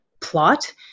plot